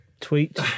tweet